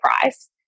price